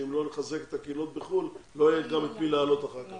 שאם לא נחזק את הקהילות בחו"ל לא יהיה גם את מי להעלות אחר כך.